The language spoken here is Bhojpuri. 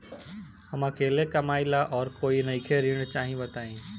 हम अकेले कमाई ला और कोई नइखे ऋण चाही बताई?